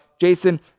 Jason